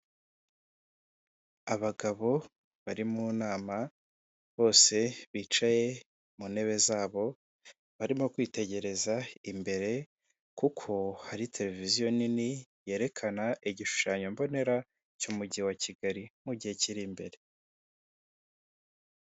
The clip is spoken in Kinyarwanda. Abagabo bari mu nama bose bicaye mu ntebe zabo, barimo kwitegereza imbere kuko hari tereviziyo nini yerekana igishushanyo mbonera cy'umujyi wa Kigali mu gihe kiri imbere.